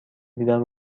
دیدن